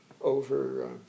over